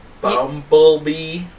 Bumblebee